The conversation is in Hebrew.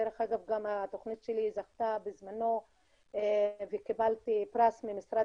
דרך אגב גם התוכנית שלי זכתה בזמנו וקיבלתי פרס ממשרד